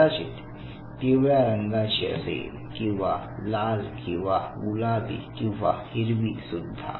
कदाचित पिवळ्या रंगाची असेल किंवा लाल किंवा गुलाबी किंवा हिरवी सुद्धा